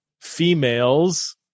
females